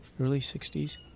early-'60s